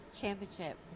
championship